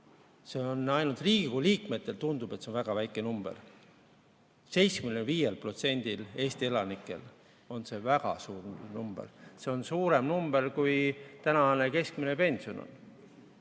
summa. Ainult Riigikogu liikmetele tundub, et see on väga väike number. 75%‑le Eesti elanikele on see väga suur number. See on suurem number, kui on keskmine pension. Teine